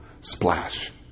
Splash